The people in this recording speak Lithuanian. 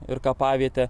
ir kapavietę